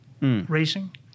racing